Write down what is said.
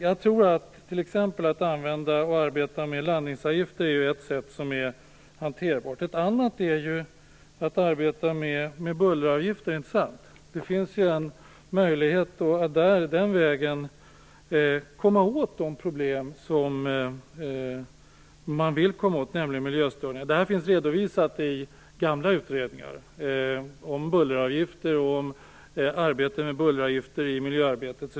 Jag tror att användningen av landningsavgifter är ett hanterbart sätt. Ett annat sätt är att arbeta med bulleravgifter. Det finns en möjlighet att den vägen komma åt de problem som man vill komma åt, nämligen miljöstörning. Detta finns redovisat i gamla utredningar om bulleravgifter och arbetet med bulleravgifter i miljöarbetet.